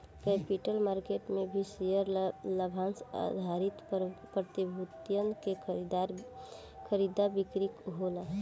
capital market में भी share आ लाभांस आधारित प्रतिभूतियन के खरीदा बिक्री होला